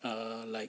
err like